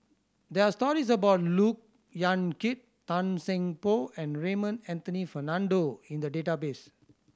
there are stories about Look Yan Kit Tan Seng Poh and Raymond Anthony Fernando in the database